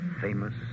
famous